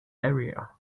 area